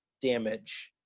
damage